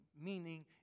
meaning